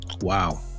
Wow